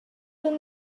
allwn